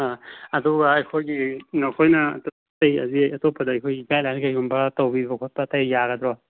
ꯑꯗꯨꯒ ꯑꯩꯈꯣꯏꯒꯤ ꯅꯈꯣꯏꯅ ꯍꯧꯖꯤꯛ ꯍꯧꯖꯤꯛ ꯑꯇꯣꯞꯄꯗ ꯑꯩꯈꯣꯏ ꯒꯥꯏꯠꯂꯥꯏꯟ ꯀꯔꯤꯒꯨꯝꯕ ꯇꯧꯕꯤꯕ ꯈꯣꯠꯄ ꯀꯩ ꯌꯥꯒꯗ꯭ꯔꯣ